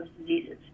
diseases